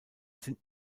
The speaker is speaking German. sind